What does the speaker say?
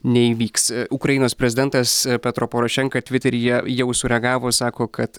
neįvyks ukrainos prezidentas petro porošenka tviteryje jau sureagavo sako kad